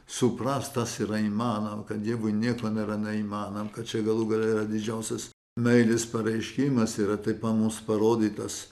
suprast tas yra įmanoma kad dievui nieko nėra neįmanoma kad čia galų gale yra didžiausias meilės pareiškimas yra taip mums parodytas